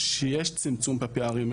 שיש צמצום בפערים.